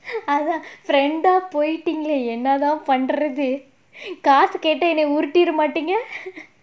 friend ah போய்ட்டிங்களே என்னதான் பண்றது காசு கேட்டா என்ன உருட்டிட மாட்டீங்க:poiteengalae ennathaan pandrathu kaasu kettaa enna urutida maateenga